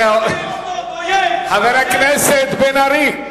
חוצפן.